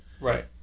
Right